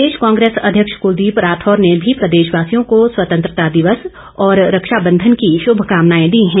प्रदेश कांग्रेस अध्यक्ष कुलदीप राठौर ने भी प्रदेशवासियों को स्वतंत्रता दिवस और रक्षा बंधन की शुभकामनाएं दी हैं